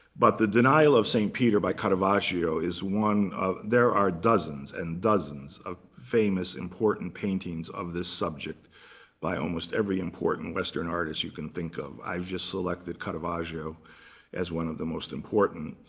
but the denial of st. peter by caravaggio is one of there are dozens and dozens of famous important paintings of this subject by almost every important western artist you can think of. i've just selected caravaggio as one of the most important.